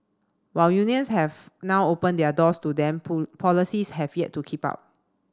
while unions have now opened their doors to them policies have yet to keep up